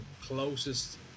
closest